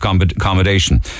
accommodation